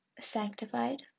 sanctified